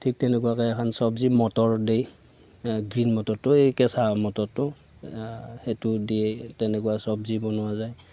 ঠিক তেনেকুৱাকৈ এখন চব্জি মটৰ দি গ্ৰীণ মটৰটো এই কেঁচা মটৰটো সেইটো দিয়েই তেনেকুৱা চব্জি বনোৱা যায়